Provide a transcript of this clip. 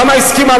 למה הסכימה,